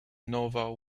novel